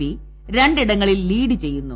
P രണ്ടിടങ്ങളിൽ lead ചെയ്യുന്നു